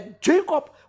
Jacob